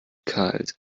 kalt